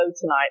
tonight